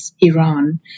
Iran